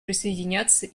присоединяться